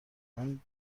اون